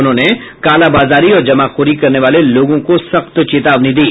उन्होंने कालाबाजारी और जमाखोरी करने वाले लोगों को सख्त चेतावनी दी